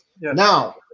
Now